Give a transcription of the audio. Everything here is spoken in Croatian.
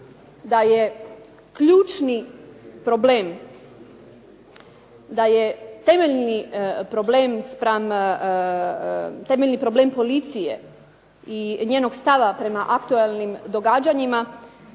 da je temeljni problem spram, temeljni problem policije i njenog stava prema aktuelnim događanjima